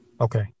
Okay